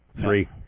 Three